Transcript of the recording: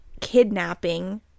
kidnapping